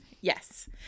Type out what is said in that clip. Yes